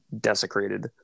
desecrated